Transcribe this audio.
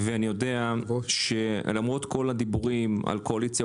ואני יודע שלמרות כל הדיבורים על קואליציה,